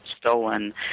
stolen